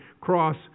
cross